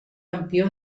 campió